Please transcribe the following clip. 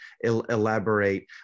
elaborate